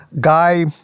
guy